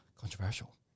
controversial